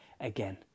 again